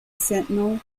sentinel